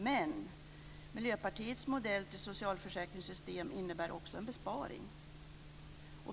Men Miljöpartiets modell för socialförsäkringssystem innebär också en besparing.